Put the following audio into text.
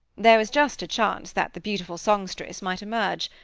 there was just a chance that the beautiful songstress might emerge.